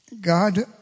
God